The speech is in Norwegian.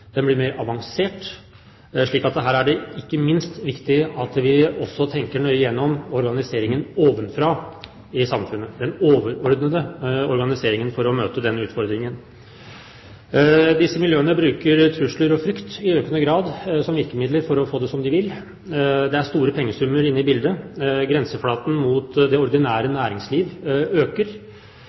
blir mer avansert. Så her er det ikke minst viktig at vi også tenker nøye gjennom organiseringen ovenfra i samfunnet – den overordnede organiseringen – for å møte denne utfordringen. Disse miljøene bruker i økende grad trusler og frykt som virkemidler for å få det som de vil. Det er store pengesummer inne i bildet. Grenseflaten mot det ordinære næringsliv øker.